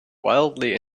wildly